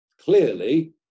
clearly